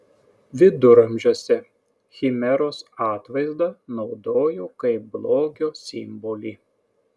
viduramžiuose chimeros atvaizdą naudojo kaip blogio simbolį